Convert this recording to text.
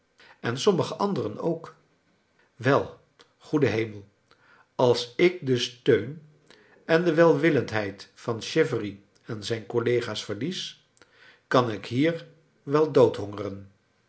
en sommige anderen ook wel goede hemel ads ik den steun en de welwillendheid van chivery en zijn collega's verlies kan ik hier wel